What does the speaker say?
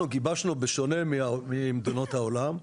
גיבשנו, בשונה ממדינות העולם,